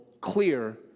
clear